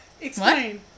explain